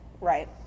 right